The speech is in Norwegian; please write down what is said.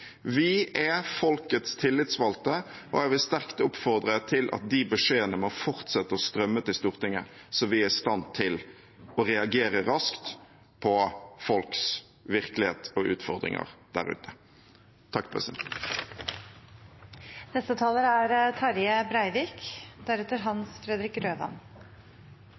Vi er folkets tillitsvalgte, og jeg vil sterkt oppfordre til at de beskjedene må fortsette å strømme til Stortinget, sånn at vi er i stand til å reagere raskt på folks virkelighet og utfordringer der ute.